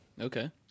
Okay